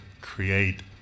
create